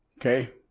Okay